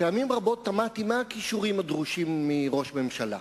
פעמים רבות תמהתי מה הכישורים הדרושים לראש ממשלה.